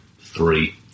three